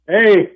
Hey